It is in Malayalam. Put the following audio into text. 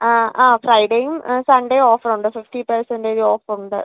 ആ ആ ഫ്രൈഡേയും സൺഡേം ഓഫറൊണ്ട് ഫിഫ്റ്റി പെർസെൻറ്റേജ് ഓഫ് ഉണ്ട്